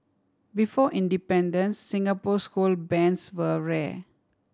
before independence Singapore school bands were rare